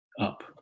up